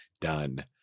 done